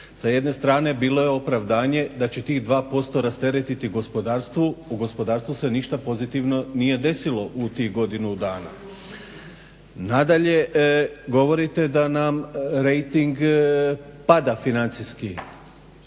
Sa jedne strane bilo je opravdanje da će tih 2% rasteretiti gospodarstvo, u gospodarstvu se ništa pozitivno nije desilo u tih godinu dana. Nadalje, govorite da nam rejting pada financijski.